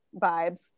vibes